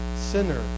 sinner